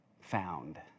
Found